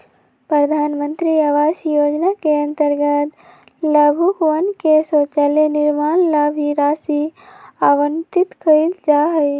प्रधान मंत्री आवास योजना के अंतर्गत लाभुकवन के शौचालय निर्माण ला भी राशि आवंटित कइल जाहई